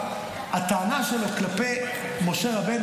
חוק הרבניות,